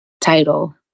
Title